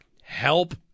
help